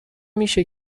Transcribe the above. میشه